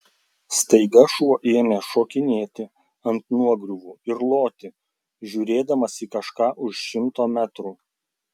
staiga šuo ėmė šokinėti ant nuogriuvų ir loti žiūrėdamas į kažką už šimto metrų